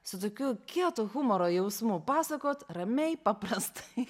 su tokiu kietu humoro jausmu pasakot ramiai paprastai